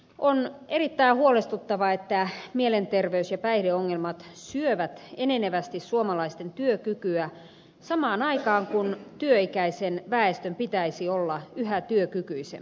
on erittäin huolestuttavaa että mielenterveys ja päihdeongelmat syövät enenevästi suomalaisten työkykyä samaan aikaan kun työikäisen väestön pitäisi olla yhä työkykyisempää